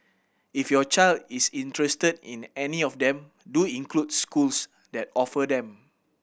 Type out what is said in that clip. if your child is interested in any of them do include schools that offer them